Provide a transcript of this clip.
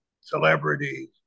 celebrities